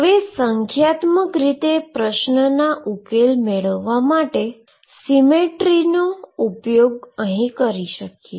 હવે સંખ્યાત્મક રીતે પ્રશ્ન નો ઉકેલ મેળવવા માટે સીમેટ્રીનો અહી ઉપયોગ કરી શકીએ છીએ